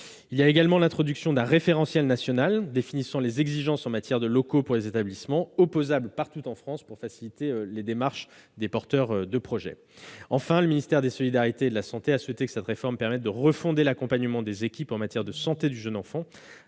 Citons également l'introduction d'un référentiel national définissant les exigences en matière de locaux pour les établissements, opposable partout en France, pour faciliter les démarches des porteurs de projets. Enfin, le ministère des solidarités et de la santé a souhaité que cette réforme permette de refonder l'accompagnement des équipes en matière de santé du jeune enfant,